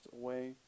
away